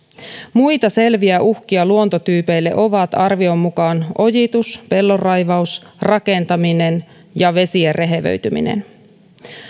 muita selviä uhkia luontotyypeille ovat arvion mukaan ojitus pellonraivaus rakentaminen ja vesien rehevöityminen